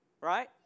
right